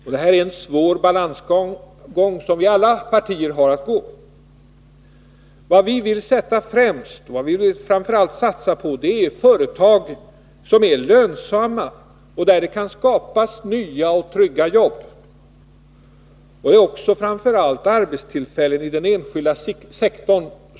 Det är här fråga om en svår balansgång, som vi inom alla partier har att genomföra. Vad vi främst vill satsa på är företag som är lönsamma och där det kan skapas nya och trygga jobb. Det är då framför allt fråga om att satsa på arbetstillfällen inom den enskilda sektorn.